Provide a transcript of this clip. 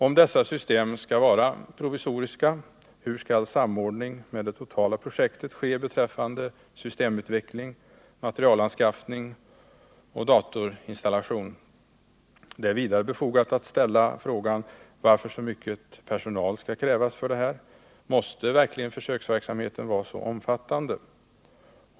Om dessa system skall vara provisoriska, hur skall samordning med det totala projektet ske beträffande systemutveckling, materielanskaffning och datorinstallation? Det är vidare befogat att ställa frågan varför så mycket personal skall krävas för detta. Måste verkligen försöksverksamheten vara så omfattande?